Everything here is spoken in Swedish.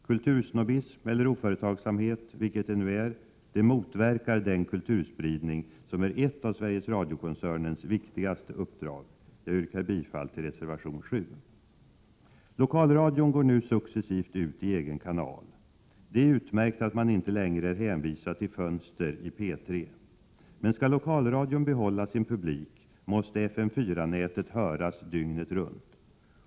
Kultursnobbism eller oföretagsamhet, vilket det nu är, motverkar den kulturspridning som är ett av Sveriges Radio-koncernens viktigaste uppdrag. Jag yrkar bifall till reservation 7. Lokalradion går nu successivt ut i egen kanal. Det är utmärkt att man inte längre är hänvisad till ”fönster” i P 3. Men skall lokalradion behålla sin publik måste FM 4-nätet höras dygnet runt.